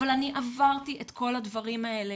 אבל אני עברתי את כל הדברים האלה,